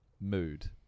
mood